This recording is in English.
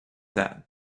that